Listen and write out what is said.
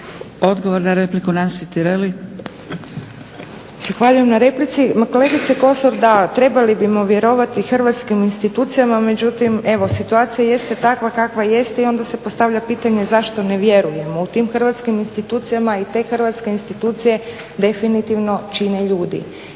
- Stranka rada)** Zahvaljujem na replici. Ma kolegice Kosor, da trebali bimo vjerovati hrvatskih institucijama. Međutim, evo situacija jeste takva kakva jeste i onda se postavlja pitanje zašto ne vjerujemo. U tim hrvatskim institucijama i te hrvatske institucije definitivno čine ljudi